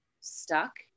stuck